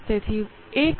તેથી 1